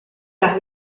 las